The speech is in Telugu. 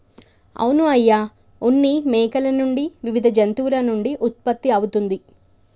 అవును అయ్య ఉన్ని మేకల నుండి వివిధ జంతువుల నుండి ఉత్పత్తి అవుతుంది